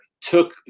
took